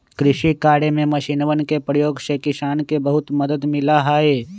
कृषि कार्य में मशीनवन के प्रयोग से किसान के बहुत मदद मिला हई